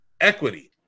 equity